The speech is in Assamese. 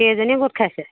কেইজনী গোট খাইছে